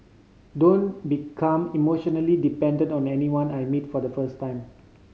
don't become emotionally dependent on anyone I meet for the first time